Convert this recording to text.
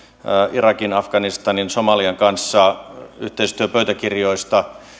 irakin afganistanin somalian kanssa yhteistyöpöytäkirjoista